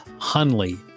Hunley